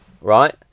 right